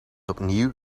opnieuw